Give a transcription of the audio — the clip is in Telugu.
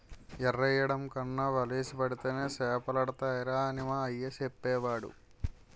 ఎరెయ్యడం కన్నా వలేసి పడితేనే సేపలడతాయిరా అని మా అయ్య సెప్పేవోడు